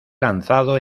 lanzado